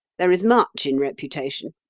there is much in reputation.